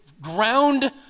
ground